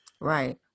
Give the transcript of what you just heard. Right